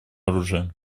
оружия